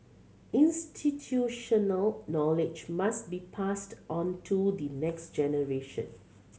institutional knowledge must be passed on to the next generation